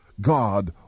God